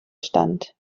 stand